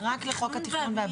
רק על חוק התכנון והבנייה,